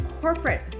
corporate